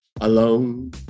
alone